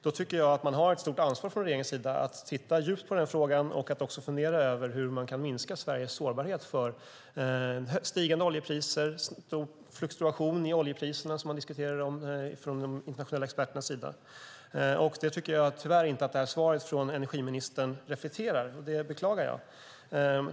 Jag tycker att man har ett stort ansvar från regeringens sida att titta ordentligt på den frågan och också fundera på hur man kan minska Sveriges sårbarhet för stigande oljepriser och stor fluktuation i oljepriserna, vilket man diskuterar från de internationella experternas sida. Det tycker jag tyvärr inte att det här svaret från energiministern reflekterar, och det beklagar jag.